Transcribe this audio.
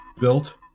built